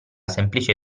semplice